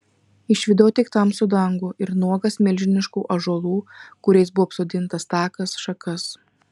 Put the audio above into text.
išvydau tik tamsų dangų ir nuogas milžiniškų ąžuolų kuriais buvo apsodintas takas šakas